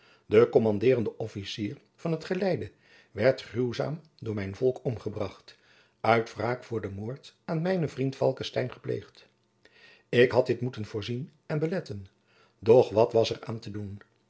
de kommandeerende officier van het geleide werd gruwzaam door mijn volk omgebracht uit wraak voor den moord aan mijnen vriend falckestein gepleegd ik had dit moeten voorzien en beletten doch wat was er aan te doen